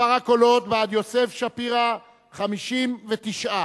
מספר הקולות בעד יוסף שפירא, 59,